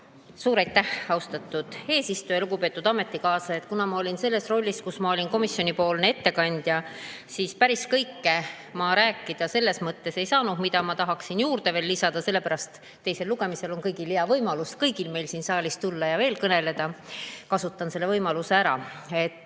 Suur aitäh, austatud eesistuja! Lugupeetud ametikaaslased! Kuna ma olin selles rollis, et ma olin komisjoni ettekandja, siis päris kõike ma rääkida selles mõttes ei saanud. Ma tahaksin nüüd veel juurde lisada, sest teisel lugemisel on kõigil hea võimalus, kõigil meil siin saalis, tulla ja veel kõnelda. Kasutan selle võimaluse ära.